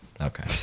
Okay